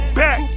back